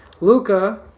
Luca